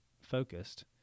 focused